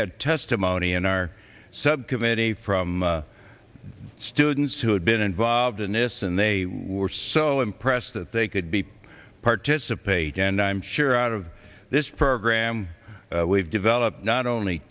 had testimony in our subcommittee from students who had been involved in this and they were so impressed that they could be participating and i'm sure out of this program we've developed not only